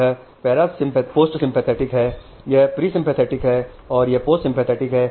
यह प्रीसानेप्टिक है और यह पोस्टसिनेप्टिक है